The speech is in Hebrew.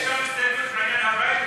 יש לנו הסתייגות בעניין הפריימריז,